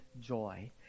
joy